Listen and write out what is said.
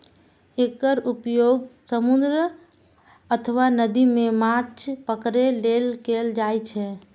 एकर उपयोग समुद्र अथवा नदी मे माछ पकड़ै लेल कैल जाइ छै